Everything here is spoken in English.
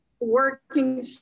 working